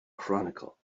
chronicle